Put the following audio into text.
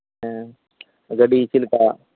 ᱦᱮᱸ ᱜᱟᱹᱰᱤ ᱪᱮᱫ ᱞᱮᱠᱟ